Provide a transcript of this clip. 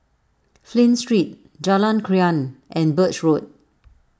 Flint Street Jalan Krian and Birch Road